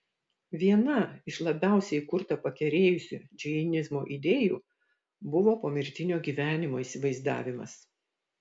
viena iš labiausiai kurtą pakerėjusių džainizmo idėjų buvo pomirtinio gyvenimo įsivaizdavimas